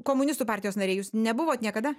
komunistų partijos narė jūs nebuvot niekada